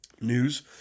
news